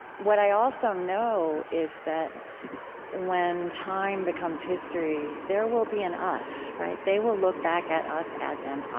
what i also know is that when time becomes history, there will be an us. they will look back at us as an us,